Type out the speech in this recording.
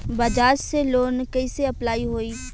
बज़ाज़ से लोन कइसे अप्लाई होई?